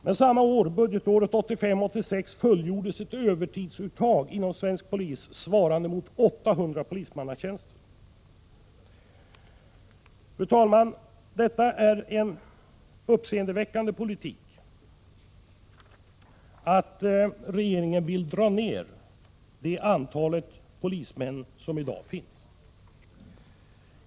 Men samma år, budgetåret Fru talman! Det är en uppseendeväckande politik att regeringen vill dra ner antalet polismän som finns i dag.